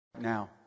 Now